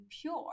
pure